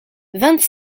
vingt